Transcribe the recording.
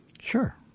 Sure